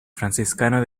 franciscano